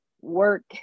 work